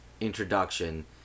introduction